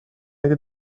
اگه